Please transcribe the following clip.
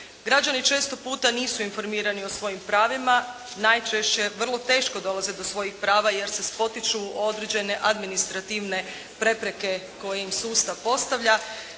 Građani često puta nisu informirani o svojim pravima, najčešće vrlo teško dolaze do svojih prava jer se spotiču o određene administrativne prepreke koje im sustav postavlja.